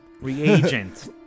Reagent